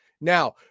Now